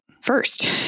first